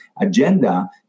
agenda